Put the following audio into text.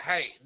Hey